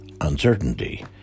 uncertainty